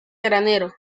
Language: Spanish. granero